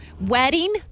Wedding